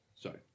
Sorry